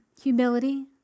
humility